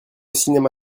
cinéma